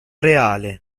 reale